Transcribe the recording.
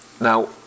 Now